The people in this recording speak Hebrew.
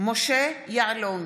מתחייבת אני משה יעלון,